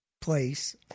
place